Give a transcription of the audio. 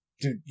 dude